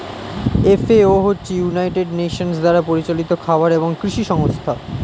FAO হচ্ছে United Nations দ্বারা পরিচালিত খাবার এবং কৃষি সংস্থা